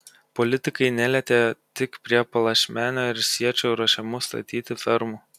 politikai nelietė tik prie palašmenio ir siečių ruošiamų statyti fermų